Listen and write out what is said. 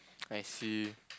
I see